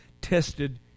tested